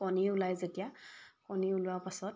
কণী ওলায় যেতিয়া কণী ওলোৱাৰ পাছত